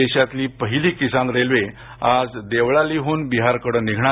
देशातली पहिली किसान रेल्वे आज देवळालीहून बिहारकडे निघणार